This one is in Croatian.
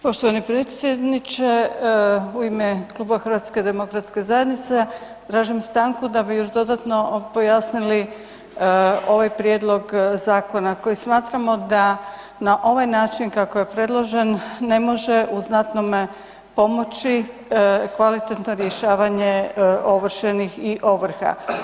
Poštovani predsjedniče, u ime kluba HDZ-a tražim stanku da bi još dodatno pojasnili ovaj prijedlog zakona koji smatramo da na ovaj način kako je predložen, ne može u znatnome pomoći kvalitetno rješavanje ovršenih i ovrha.